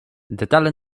detale